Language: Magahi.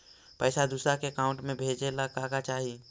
पैसा दूसरा के अकाउंट में भेजे ला का का चाही?